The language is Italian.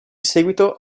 seguito